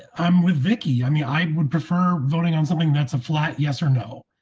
i'm with vicky. i mean, i would prefer voting on something. that's a flat yes. or no.